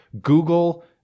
Google